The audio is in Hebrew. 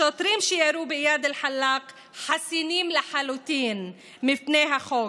השוטרים שירו באיאד אלחלאק חסינים לחלוטין מפני החוק,